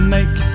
Make